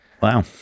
Wow